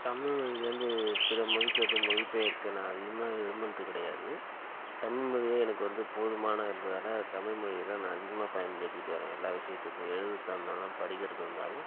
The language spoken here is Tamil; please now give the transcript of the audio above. தமிழ்மொழியிலேந்து பிறமொழிக்கு வந்து மொழி பெயர்க்க நான் அதிகமாக விரும்புனது கிடையாது தமிழ்மொழியே எனக்கு வந்து போதுமான இருந்தது தால தமிழ்மொழியதான் நான் அதிகமாக பயன்படுத்திட்டு வரேன் எல்லா விஷயத்துக்கும் எழுதுகிறதாருந்தாலும் படிக்கிறதாயிருந்தாலும்